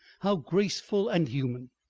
how graceful and human.